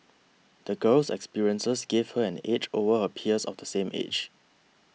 the girl's experiences gave her an edge over her peers of the same age